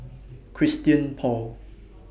Christian Paul